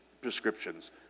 prescriptions